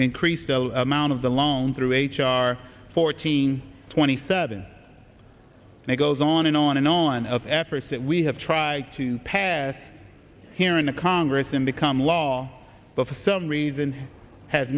in crease the amount of the loan through h r fourteen twenty seven and it goes on and on and on of efforts that we have tried to pass here in the congress and become law but for some reason has